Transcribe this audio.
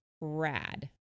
rad